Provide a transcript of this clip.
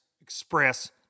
Express